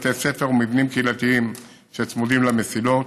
בתי ספר ומבנים קהילתיים שצמודים למסילות,